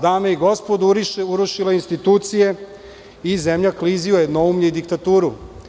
Dame i gospodo, ova vlast urušila je institucije i zemlja klizi u jednoumlje i diktaturu.